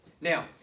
Now